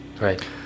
Right